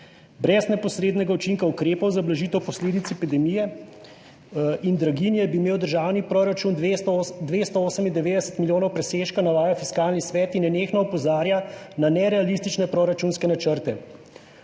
Brez neposrednega učinka ukrepov za blažitev posledic epidemije in draginje bi imel državni proračun 298 milijonov presežka, navaja Fiskalni svet in nenehno opozarja na nerealistične proračunske načrte.